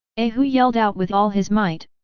a hu yelled out with all his might,